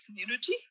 community